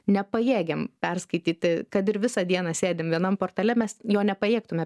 nepajėgiam perskaityti kad ir visą dieną sėdim vienam portale mes jo nepajėgtume